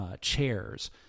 chairs